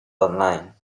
online